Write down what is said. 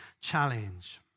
challenge